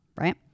right